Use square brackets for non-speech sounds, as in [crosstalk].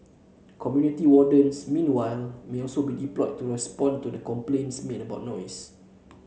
community wardens meanwhile may also be deployed to respond to the complaints [unintelligible] about noise